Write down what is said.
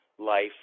life